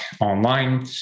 online